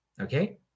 Okay